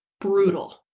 Brutal